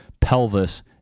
pelvis